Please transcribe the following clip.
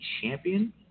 champion